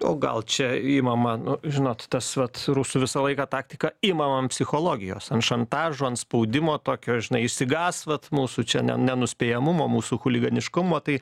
o gal čia imama nu žinot tas vat rusų visą laiką taktika imam ant psichologijos ant šantažo ant spaudimo tokio žinai išsigąs vat mūsų čia ne nenuspėjamumo mūsų chuliganiškumo tai